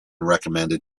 recommended